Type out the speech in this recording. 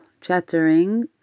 chattering